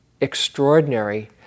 extraordinary